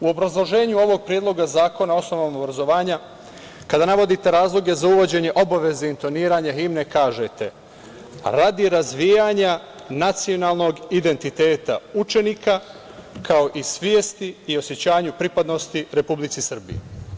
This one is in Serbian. U obrazloženju ovog Predloga zakona o osnovama obrazovanja, kada navodite razloge za uvođenje obaveze intoniranja himne, kažete: radi razvijanja nacionalnog identiteta učenika, kao i svesti i osećanju pripadnosti Republici Srbiji.